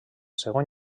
segon